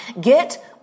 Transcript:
Get